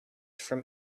from